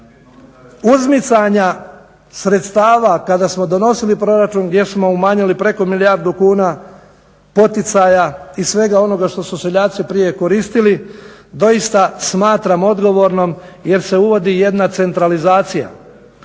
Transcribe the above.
uzmicanja sredstava kada smo donosili proračun gdje smo umanjili preko milijardu kuna poticaja i svega onoga što su seljaci prije koristili, doista smatram odgovornom jer se uvodi jedna centralizacija,